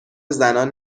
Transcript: زنان